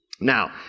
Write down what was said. Now